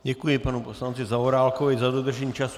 Děkuji panu poslanci Zaorálkovi za dodržení času.